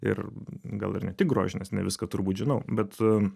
ir gal ir ne tik grožinės ne viską turbūt žinau bet